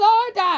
Lord